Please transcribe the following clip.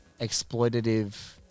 exploitative